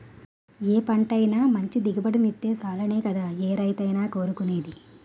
ఏ పంటైనా మంచి దిగుబడినిత్తే సాలనే కదా ఏ రైతైనా కోరుకునేది?